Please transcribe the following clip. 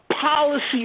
policy